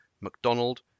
Macdonald